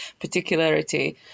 particularity